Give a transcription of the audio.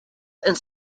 and